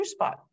TrueSpot